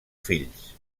fills